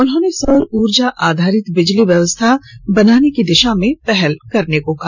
उन्होंने सौर ऊर्जा आधारित बिजली व्यवस्था बनाने की दिशा में पहल करने को कहा